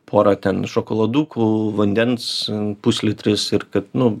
pora ten šokoladukų vandens puslitris ir kad nu